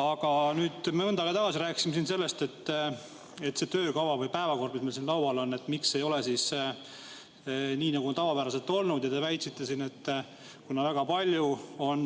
Aga mõnda aega tagasi rääkisime siin sellest, et see töökava või päevakord, mis meil siin laual on, miks see ei ole nii, nagu tavapäraselt on olnud. Ja te väitsite siin, et kuna väga palju on